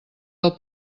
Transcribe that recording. del